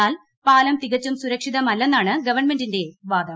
എന്നാൽ പാലം തികച്ചും സുരക്ഷിതമല്ലെന്നാണ് ഗവൺമെന്റിന്റെ വാദം